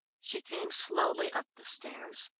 she came slowly up the stairs,